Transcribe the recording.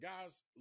guys